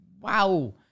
Wow